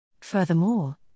Furthermore